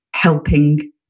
helping